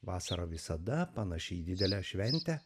vasarą visada panaši į didelę šventę